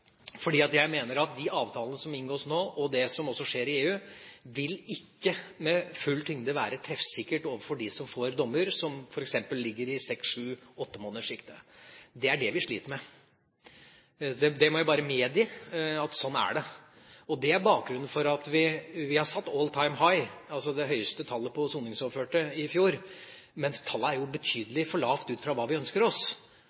som også skjer i EU, ikke med full tyngde vil være treffsikkert overfor dem som får dommer som f.eks. ligger i seks-, sju-, åttemånederssjiktet. Det er det vi sliter med. Jeg må bare medgi at sånn er det. Vi har satt «all time high», altså det høyeste tallet på soningsoverførte i fjor, men tallet er jo betydelig for lavt ut fra hva vi ønsker oss.